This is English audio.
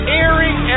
airing